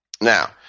Now